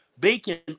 Bacon